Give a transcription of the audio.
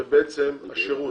זה בעצם שרות.